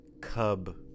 cub